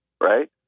Right